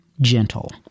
gentle